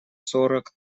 сорок